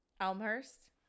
Elmhurst